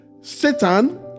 Satan